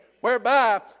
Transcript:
whereby